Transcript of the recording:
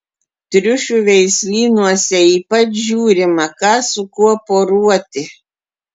triušių veislynuose ypač žiūrima ką su kuo poruoti